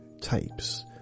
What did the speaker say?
tapes